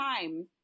time